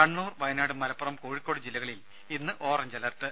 കണ്ണൂർ വയനാട് മലപ്പുറം കോഴിക്കോട് ജില്ലകളിൽ ഇന്ന് orange alert